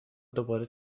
دوباره